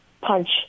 punch